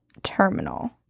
terminal